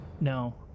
no